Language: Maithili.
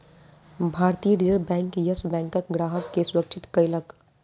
भारतीय रिज़र्व बैंक, येस बैंकक ग्राहक के सुरक्षित कयलक